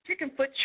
Chickenfoot